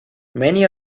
many